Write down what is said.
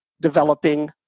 developing